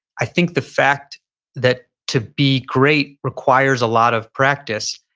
i think the fact that to be great requires a lot of practice.